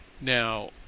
now